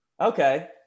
Okay